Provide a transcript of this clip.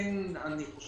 אני כן